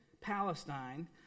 Palestine